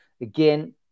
again